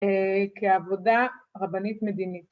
כעבודה רבנית מדינית